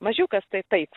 mažiukas tai taip